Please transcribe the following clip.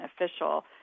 official